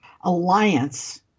alliance